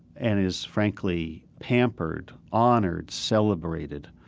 and is frankly pampered, honored, celebrated